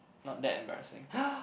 not that embarrassing